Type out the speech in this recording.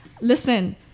listen